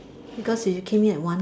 because you came in at one